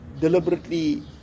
deliberately